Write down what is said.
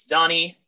Donnie